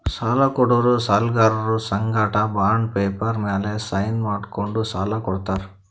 ಸಾಲ ಕೊಡೋರು ಸಾಲ್ಗರರ್ ಸಂಗಟ ಬಾಂಡ್ ಪೇಪರ್ ಮ್ಯಾಲ್ ಸೈನ್ ಮಾಡ್ಸ್ಕೊಂಡು ಸಾಲ ಕೊಡ್ತಾರ್